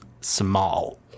Small